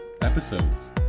episodes